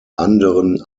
anderen